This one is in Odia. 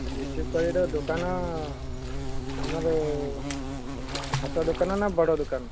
ଏ ଦୋକାନ ଆମର ଛୋଟ ଦୋକାନ ନା ବଡ଼ ଦୋକାନ